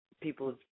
people